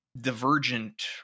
divergent